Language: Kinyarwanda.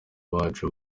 bacu